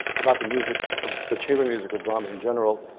about the music of the chamber music of brahms in general,